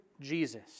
Jesus